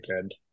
good